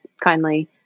kindly